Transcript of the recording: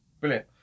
brilliant